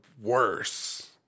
worse